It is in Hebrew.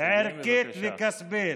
ערכית וכספית.